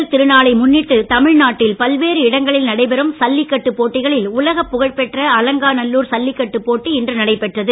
பொங்கல் திருநாளை முன்னிட்டு தமிழ்நாட்டில் பல்வேறு இடங்களில் நடைபெறும் ஜல்லிக்கட்டு போட்டிகளில் உலகப்புகழ் பெற்ற அலங்காநல்லூர் ஜல்லிக்கட்டுப் போட்டி இன்று நடைபெற்றது